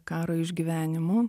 karo išgyvenimų